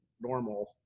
normal